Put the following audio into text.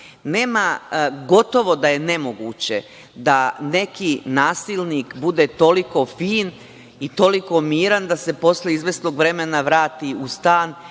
praksi. Gotovo da je nemoguće da neki nasilnik bude toliko fin i toliko miran da se posle izvesnog vremena vrati u stan